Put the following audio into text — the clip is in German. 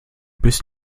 bist